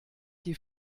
die